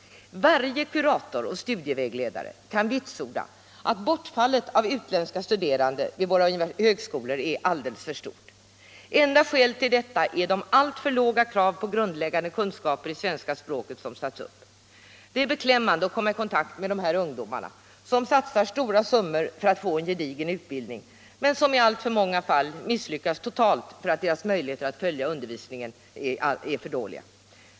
Varje kurator och studievägledare kan vitsorda att bortfallet av utländska studerande vid våra högskolor är alldeles för stort. Ett skäl till detta är de alltför låga krav på grundläggande kunskaper i svenska språket som satts upp. Det är beklämmande att komma i kontakt med dessa ungdomar som satsar stora summor för att få en gedigen utbildning men som i alltför många fall misslyckas totalt därför att deras möjligheter att följa undervisningen är för dåliga.